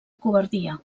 covardia